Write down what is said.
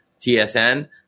TSN